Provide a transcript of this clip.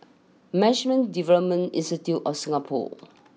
Management Development Institute of Singapore